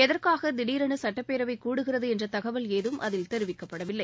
எதற்காக திடீரென சட்டப்பேரவை கூடுகிறது என்ற தகவல் ஏதும் அதில் தெரிவிக்கப்படவில்லை